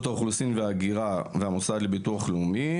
האוכלוסין וההגירה והמוסד לביטוח לאומי.